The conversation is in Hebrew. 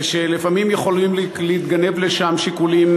ולפעמים יכולים להתגנב לשם שיקולים,